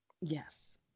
Yes